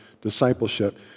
discipleship